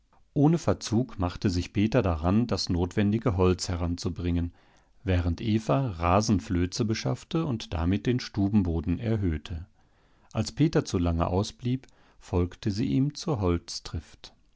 ohne verzug machte sich peter daran das notwendige holz heranzubringen während eva rasenflöze beschaffte und damit den stubenboden erhöhte als peter zu lange ausblieb folgte sie ihm zur